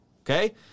Okay